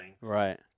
right